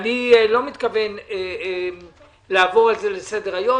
ואני לא מתכוון לעבור על זה לסדר היום,